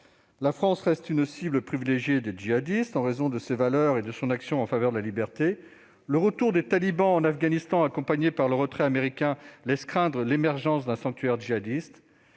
La France reste une cible privilégiée des djihadistes, en raison de ses valeurs et de son action en faveur de la liberté. Le retour des talibans en Afghanistan, accompagné par le retrait des troupes américaines, laisse craindre l'émergence d'un sanctuaire djihadiste.